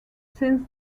since